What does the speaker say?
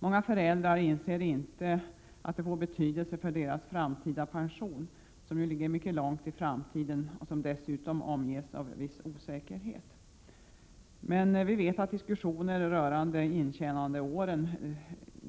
Många föräldrar inser inte att detta får betydelse för deras framtida pension, som ju ligger mycket långt i framtiden och som dessutom omges av viss osäkerhet. Vi vet att diskussioner rörande intjänandeår